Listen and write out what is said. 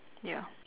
ya